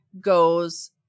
goes